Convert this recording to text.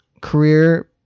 career